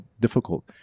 difficult